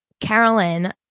Carolyn